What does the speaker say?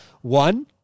One